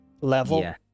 level